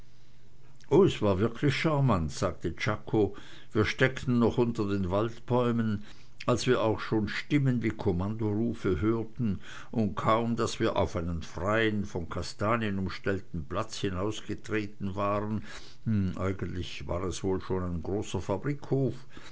es war wirklich scharmant sagte czako wir steckten noch unter den waldbäumen als wir auch schon stimmen wie kommandorufe hörten und kaum daß wir auf einen freien von kastanien umstellten platz hinausgetreten waren eigentlich war es wohl schon ein großer